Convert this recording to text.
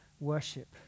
Worship